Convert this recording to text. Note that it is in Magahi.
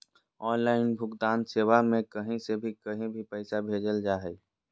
ऑनलाइन भुगतान सेवा में कही से भी कही भी पैसा भेजल जा हइ